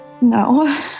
No